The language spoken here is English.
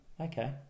Okay